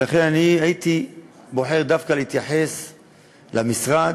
ולכן אני הייתי בוחר דווקא להתייחס למשרד,